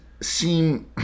seem